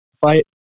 fight